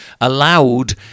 allowed